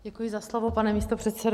Děkuji za slovo, pane místopředsedo.